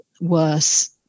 worse